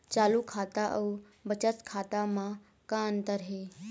चालू खाता अउ बचत खाता म का अंतर हे?